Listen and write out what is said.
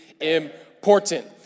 important